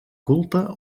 culte